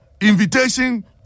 invitation